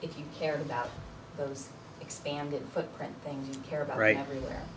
if you care about those expanded footprint things care about right everywhere